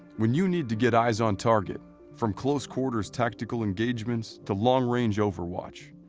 when you need to get eyes on target from close quarters tactical engagements, to long range overwatch.